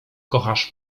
kochasz